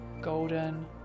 golden